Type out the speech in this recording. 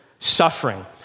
Suffering